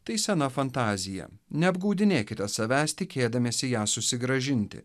tai sena fantazija neapgaudinėkite savęs tikėdamiesi ją susigrąžinti